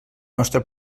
nostre